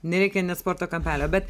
nereikia net sporto kampelio bet